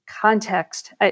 context